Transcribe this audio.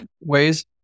ways